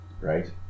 right